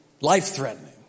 life-threatening